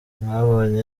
mwabonye